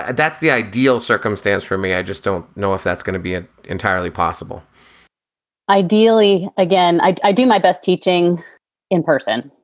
and that's the ideal circumstance for me. i just don't know if that's gonna be an entirely possible ideally again, i i do my best teaching in person,